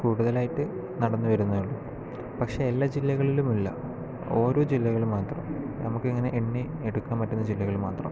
കൂടുതലായിട്ട് നടന്നു വരുന്നേ ഉള്ളൂ പക്ഷേ എല്ലാ ജില്ലകളിലും ഇല്ല ഓരോ ജില്ലകളിൽ മാത്രം നമുക്കിങ്ങനെ എണ്ണി എടുക്കാൻ പറ്റുന്ന ജില്ലകൾ മാത്രം